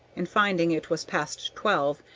and, finding it was past twelve,